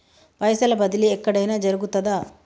పైసల బదిలీ ఎక్కడయిన జరుగుతదా?